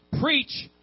preach